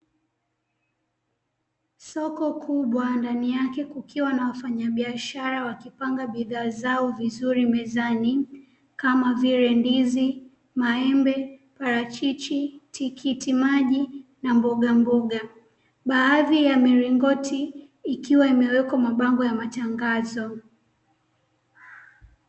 Soko kubwa ndani yake kukiwa na wafanyabisahra wakipanga bidhaa zao vizuri mezani kama vile; ndizi, maembe, parachichi, tikiti maji na mbogamboga. Baadhi ya milingoti ikiwa imewekwa mabango ya matangazo.